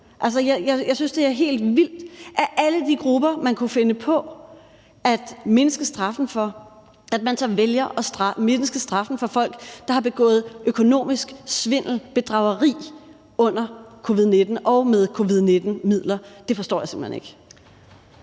jeg synes, det er helt vildt, at man af alle de grupper, man kunne finde på at mindske straffen for, så vælger at mindske straffen for folk, der har begået økonomisk svindel, bedrageri under covid-19 og med covid-19-midler. Det forstår jeg simpelt hen ikke.